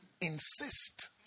insist